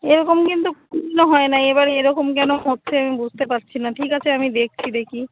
এরকম কিন্তু কোনোদিনও হয় না এবারই এরকম কেন হচ্ছে আমি বুঝতে পারছি না ঠিক আছে আমি দেখছি দেখি